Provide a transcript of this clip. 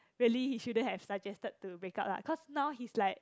really he shouldn't have suggested to break up lah cause now he's like